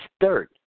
third